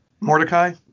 Mordecai